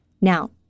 Now